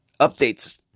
Updates